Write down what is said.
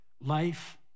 Life